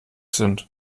sind